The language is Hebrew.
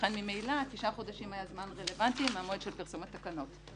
ולכן ממילא תשעה חודשים היו זמן רלוונטי ממועד פרסום התקנות.